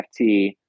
NFT